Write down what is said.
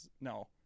no